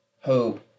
hope